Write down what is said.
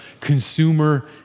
consumer